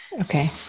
Okay